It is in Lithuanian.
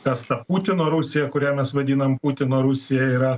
kas ta putino rusija kurią mes vadinam putino rusija yra